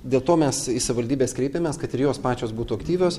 dėl to mes į savaldybes kreipėmės kad ir jos pačios būtų aktyvios